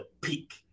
peak